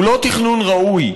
הוא לא תכנון ראוי.